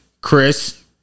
Chris